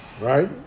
right